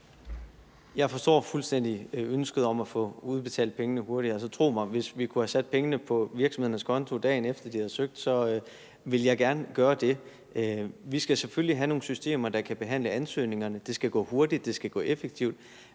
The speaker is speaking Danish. Jeg forstår fuldstændig ønsket om at få udbetalt pengene hurtigere, og tro mig: Hvis vi kunne have sat pengene på virksomhedernes konto, dagen efter de havde søgt, så ville jeg gerne have gjort det. Vi skal selvfølgelig have nogle systemer, der kan behandle ansøgningerne, det skal gå hurtigt, og det skal være effektivt.